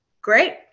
great